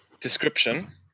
description